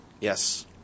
Yes